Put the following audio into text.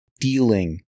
dealing